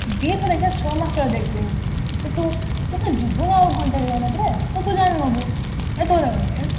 ଦୁଇଥର ଛଅମାସ ତଳେ ଦେଖିଛି ମୁଁ ତୁ ତ ତୁ ତ ଯିବୁ ଆଉ ଘଣ୍ଟେ ଦୁଇଘଣ୍ଟା ପରେ ତ ତୁ ଜାଣିନେବୁ ଏତେକଥା କାହିଁକି